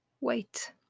Wait